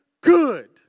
good